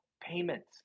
payments